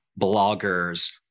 bloggers